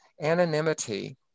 anonymity